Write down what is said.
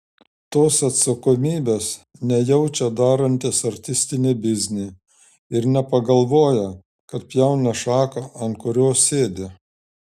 tos atsakomybės nejaučia darantys artistinį biznį ir nepagalvoja kad pjauna šaką ant kurios sėdi